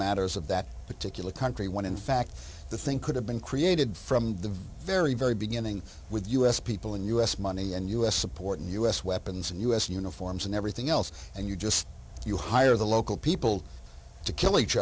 matters of that particular country when in fact the thing could have been created from the very very beginning with us people and us money and us supporting us weapons and us uniforms and everything else and you just you hire the local people to kill each